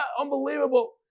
unbelievable